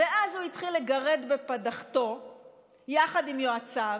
ואז הוא התחיל לגרד בפדחתו יחד עם יועציו